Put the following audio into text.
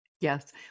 Yes